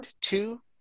two